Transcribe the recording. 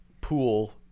pool